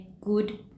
good